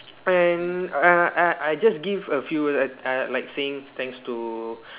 and uh uh I just give a few words uh like saying thanks to